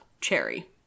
Cherry